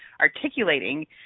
articulating